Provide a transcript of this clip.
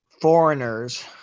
foreigners